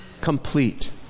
Complete